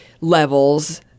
levels